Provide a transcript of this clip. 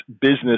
business